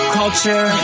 culture